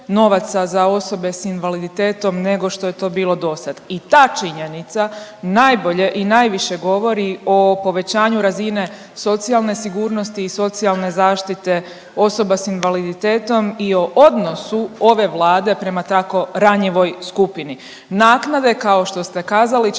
za osobe s invaliditetom nego što je to bilo do sad. I ta činjenica najbolje i najviše govori o povećanju razine socijalne sigurnosti i socijalne zaštite osoba s invaliditetom i o odnosu ove Vlade prema tako ranjivoj skupini. Naknade kao što ste kazali će